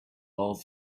all